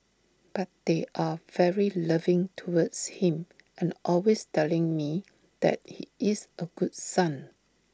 but they are very loving towards him and always telling me that he is A good son